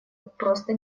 просто